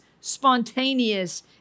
spontaneous